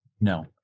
No